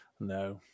No